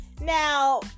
Now